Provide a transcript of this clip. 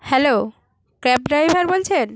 hello cab driver বলছেন